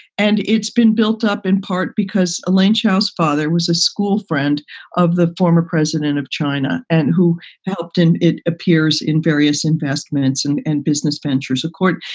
and it's been built up in part because elaine charles father was a school friend of the former president of china and who helped. and it appears in various investments and and business ventures, of course,